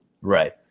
Right